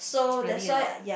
really or not